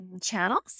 channels